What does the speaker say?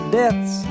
deaths